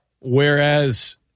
whereas